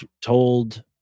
told